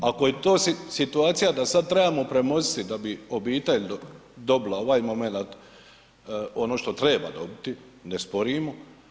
Ako je to situacija da sad trebamo premostiti da bi obitelj dobila ovaj momenat ono što treba dobiti, ne sporimo.